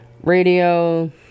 radio